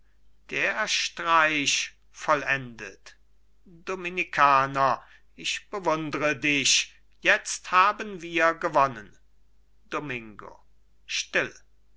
der streich vollendet dominikaner ich bewundre dich jetzt haben wir gewonnen domingo still